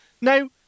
Now